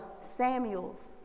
Samuels